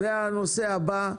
והנושא הבא,